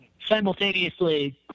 simultaneously